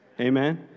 Amen